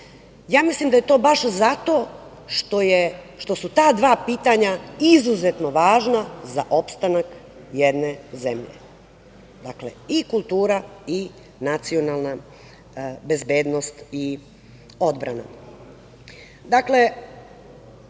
Ja mislim da je to baš zato što su ta dva pitanja izuzetno važna za opstanak jedne zemlje, dakle, i kultura i nacionalna bezbednost i odbrana.